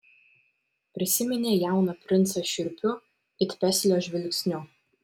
prisiminė jauną princą šiurpiu it peslio žvilgsniu